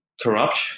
corrupt